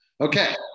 Okay